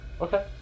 Okay